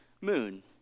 moon